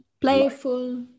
playful